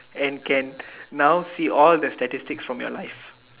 and can now see all the statistic from your life